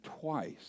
twice